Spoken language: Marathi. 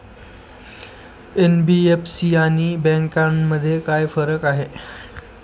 एन.बी.एफ.सी आणि बँकांमध्ये काय फरक आहे?